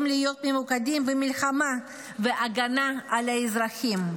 להיות ממוקדים במלחמה ובהגנה על האזרחים.